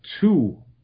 two